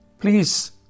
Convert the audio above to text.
please